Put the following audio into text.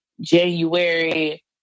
January